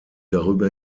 darüber